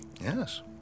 Yes